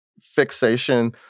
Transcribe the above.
fixation